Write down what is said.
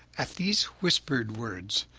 at these whispered words,